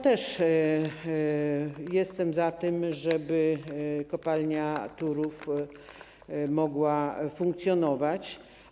Też jestem za tym, żeby kopalnia Turów mogła funkcjonować.